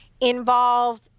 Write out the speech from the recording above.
involve